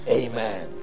amen